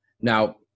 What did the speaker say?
Now